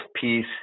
piece